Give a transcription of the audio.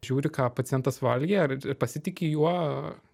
žiūri ką pacientas valgė ar pasitiki juo